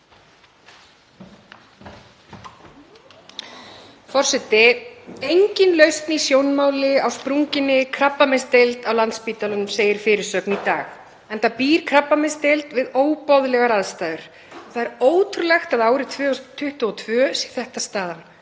Forseti. „Engin lausn í sjónmáli á sprunginni krabbameinsdeild á Landspítalanum“, segir í fyrirsögn í dag, enda býr krabbameinsdeildin við óboðlegar aðstæður. Það er ótrúlegt að árið 2022 sé þetta staðan